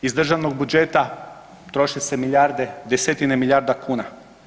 Iz državnog budžeta troše se milijarde, desetine milijarda kuna.